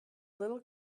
little